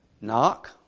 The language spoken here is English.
knock